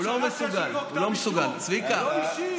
לא אישי.